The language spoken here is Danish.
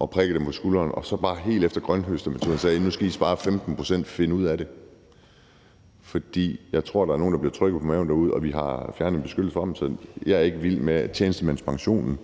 og prikkede dem på skulderen og så bare helt efter grønthøstermetoden sagde: Nu skal I spare 15 pct. – find ud af det. Jeg tror, at der er nogle, der bliver trykket på maven derude. Vi har fjernet en beskyttelse, de havde. Jeg er ikke vild med tjenestemandspensionen,